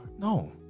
No